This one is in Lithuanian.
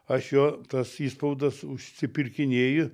aš jo tas išspaudas užsipirkinėju